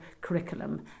curriculum